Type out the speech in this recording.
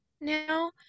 now